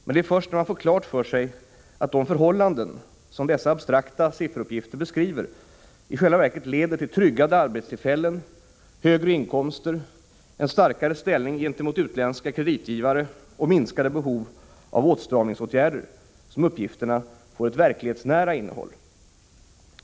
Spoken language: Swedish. Men det är först när man får klart för sig att de förhållanden som dessa abstrakta sifferuppgifter beskriver i själva verket leder till tryggade arbetstillfällen, högre inkomster, en starkare ställning gentemot utländska kreditgivare och minskade behov av åtstramningsåtgärder som uppgifterna får ett verklighetsnära innehåll.